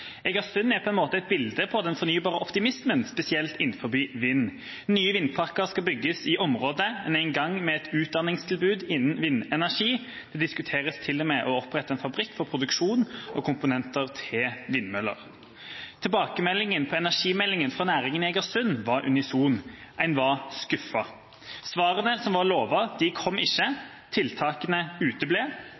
jeg i Egersund i Rogaland på en større fornybarkonferanse. Egersund er på en måte et bilde på den fornybare optimismen – spesielt innenfor vind. Nye vindparker skal bygges i området. En er i gang med et utdanningstilbud innen vindenergi. Det diskuteres til og med å opprette en fabrikk for produksjon av komponenter til vindmøller. Tilbakemeldingen på energimeldingen fra næringen i Egersund var unison: En var skuffet. Svarene som var lovet, kom ikke – tiltakene uteble.